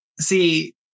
See